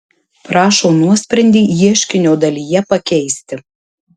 prašo nuosprendį ieškinio dalyje pakeisti